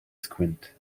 squint